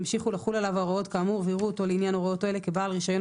ימשיכו לחול עליו ההוראות כאמור ויראו אותו לעניין הוראות אלו כבעל רישיון